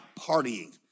partying